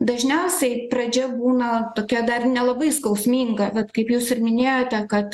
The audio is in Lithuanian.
dažniausiai pradžia būna tokia dar nelabai skausminga vat kaip jūs ir minėjote kad